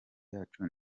yacu